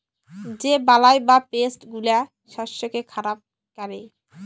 যে বালাই বা পেস্ট গুলা শস্যকে খারাপ ক্যরে